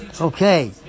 Okay